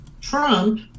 Trump